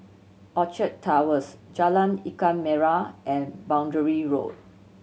Orchard Towers Jalan Ikan Merah and Boundary Road